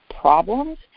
problems